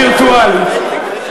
וירטואלית.